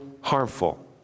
harmful